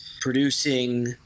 producing